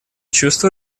чувство